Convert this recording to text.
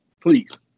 please